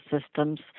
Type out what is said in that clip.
systems